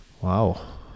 wow